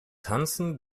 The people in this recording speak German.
tanzen